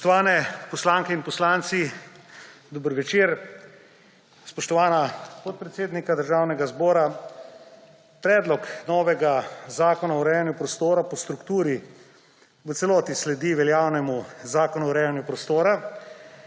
Spoštovani poslanke in poslanci, dober večer! Spoštovana podpredsednika Državnega zbora. Predlog novega zakona o urejanju prostora po strukturi v celoti sledi veljavnemu Zakonu o urejanju prostora,